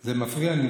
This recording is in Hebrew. זה מפריע לי.